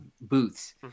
booths